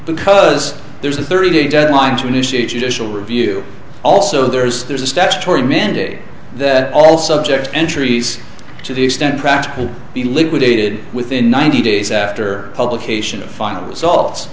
because there's a thirty day deadline to initiate judicial review also there's there's a statutory mandate that all subject entries to the extent practical be liquidated within ninety days after publication of file